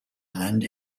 and